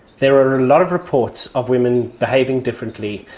there are a lot of reports of women behaving differently.